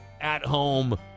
at-home